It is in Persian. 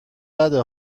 بده